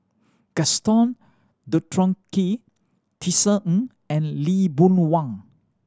Gaston Dutronquoy Tisa Ng and Lee Boon Wang